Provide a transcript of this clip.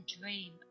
dream